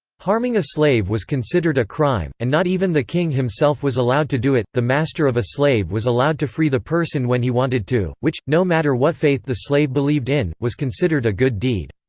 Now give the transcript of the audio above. harming a slave was considered a crime, and not even the king himself was allowed to do it the master of a slave was allowed to free the person when he wanted to, which, no matter what faith the slave believed in, was considered a good deed.